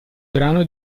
brano